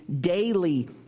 daily